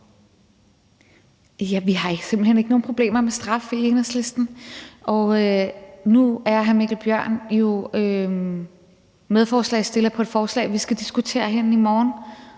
simpelt hen ikke nogen problemer med straf. Nu er hr. Mikkel Bjørn jo medforslagsstiller på et forslag, vi skal diskutere herinde i morgen,